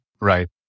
Right